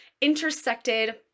intersected